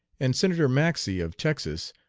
and senator maxey, of texas,